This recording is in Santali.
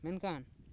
ᱢᱮᱱᱠᱷᱟᱱ